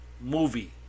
movie